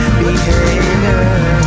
behavior